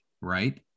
right